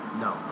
no